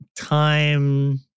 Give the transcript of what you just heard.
time